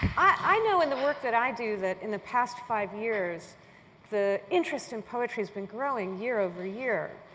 i know in the work that i do that in the past five years the interest in poetry has been growing year over year.